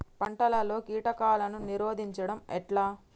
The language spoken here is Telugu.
పంటలలో కీటకాలను నిరోధించడం ఎట్లా?